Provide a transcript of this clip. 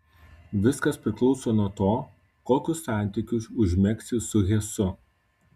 viskas priklauso nuo to kokius santykius užmegsi su hesu